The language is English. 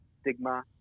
stigma